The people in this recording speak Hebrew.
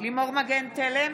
לימור מגן תלם,